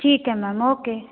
ਠੀਕ ਹੈ ma'am okay